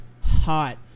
hot